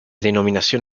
denominación